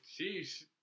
sheesh